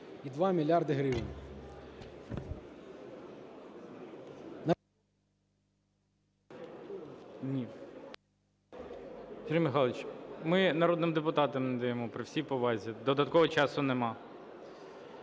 20,2 мільярда гривень. ГОЛОВУЮЧИЙ. Сергій Михайлович, ми народним депутатам не даємо, при всій повазі, додаткового часу нема.